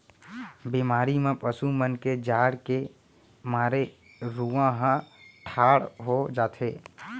बेमारी म पसु मन के जाड़ के मारे रूआं ह ठाड़ हो जाथे